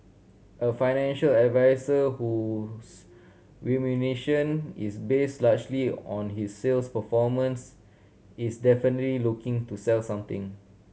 a financial advisor whose remuneration is based largely on his sales performance is definitely looking to sell something